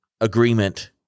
agreement